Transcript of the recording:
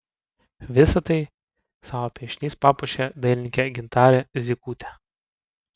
visa tai savo piešiniais papuošė dailininkė gintarė zykutė